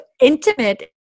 intimate